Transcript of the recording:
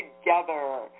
together